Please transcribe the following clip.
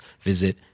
visit